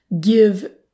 Give